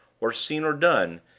or seen or done,